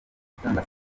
gutanga